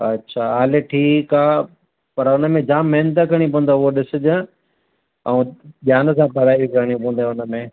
अछा हलु ठीकु आहे पर हुन में जामु महिनत करिणी पवंदव उहो ॾिसिजाएं ऐं ध्यानु सां पढ़ाई करिणी पवंदइ हुन में